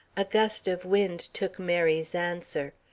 a gust of wind took mary's answer.